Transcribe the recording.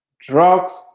drugs